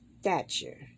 stature